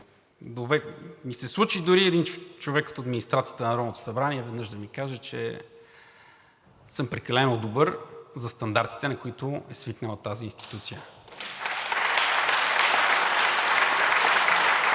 ми се случи дори един човек от администрацията на Народното събрание веднъж да ми каже, че съм прекалено добър за стандартите, на които е свикнала тази институция.